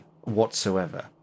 whatsoever